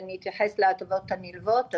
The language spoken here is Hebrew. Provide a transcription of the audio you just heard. שאני אתייחס להטבות הנלוות.